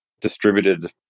distributed